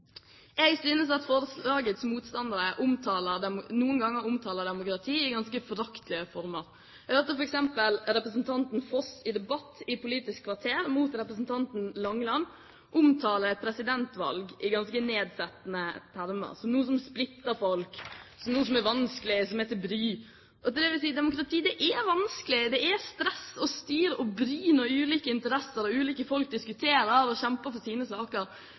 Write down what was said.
Jeg synes at forslagets motstandere noen ganger omtaler demokratiet i ganske foraktelige former. Jeg hørte f.eks. representanten Foss i debatt med representanten Langeland i Politisk kvarter omtale presidentvalg i ganske nedsettende termer, som noe som splitter folk, noe som er vanskelig og til bry. Til det vil jeg si at demokrati er vanskelig, det er stress og styr og bry når ulike interesser og ulike folk diskuterer og kjemper for sine saker,